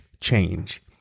change